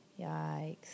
yikes